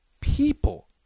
people